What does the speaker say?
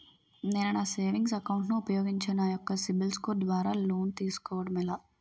నేను నా savings account ను ఉపయోగించి నా యెక్క సిబిల్ స్కోర్ ద్వారా లోన్తీ సుకోవడం ఎలా?